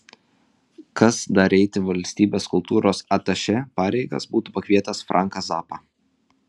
kas dar eiti valstybės kultūros atašė pareigas būtų pakvietęs franką zappą